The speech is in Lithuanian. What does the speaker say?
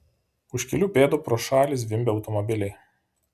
už kelių pėdų pro šalį zvimbė automobiliai